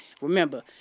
Remember